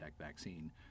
vaccine